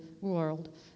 world